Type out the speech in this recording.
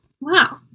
Wow